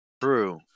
True